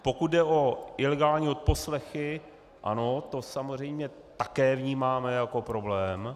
Pokud jde o ilegální odposlechy, ano, to samozřejmě také vnímáme jako problém.